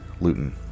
Luton